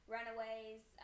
Runaways